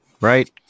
Right